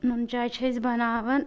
نُن چاے چھِ أسۍ بناوان